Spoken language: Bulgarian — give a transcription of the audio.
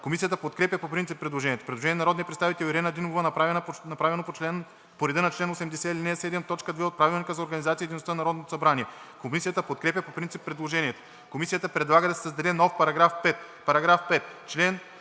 Комисията подкрепя по принцип предложението. Предложение на народния представител Ирена Димова, направено по реда на чл. 80, ал. 7, т. 2 от Правилника за организацията и дейността на Народното събрание. Комисията подкрепя по принцип предложението. Комисията предлага да се създаде нов § 5: „§ 5.